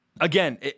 again